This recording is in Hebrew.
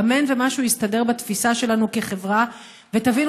אמן שמשהו יסתדר בתפיסה שלנו כחברה ותבינו